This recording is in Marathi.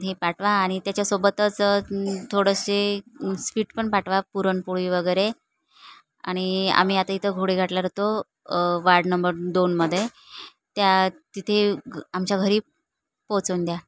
हे पाठवा आणि त्याच्यासोबतच थोडंसे स्वीट पण पाठवा पुरणपोळी वगैरे आणि आम्ही आता इथं घोडे घाटला राहतो वार्ड नंबर दोनमध्ये त्या तिथे आमच्या घरी पोचवून द्या